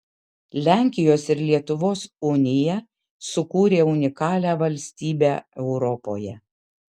lenkijos ir lietuvos unija sukūrė unikalią valstybę europoje